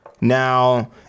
Now